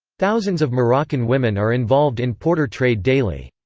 thousands of moroccan women are involved in porter trade daily.